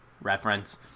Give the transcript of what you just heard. Reference